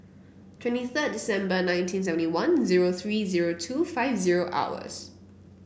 twenty third December nineteen seventy one zero three zero two five zero hours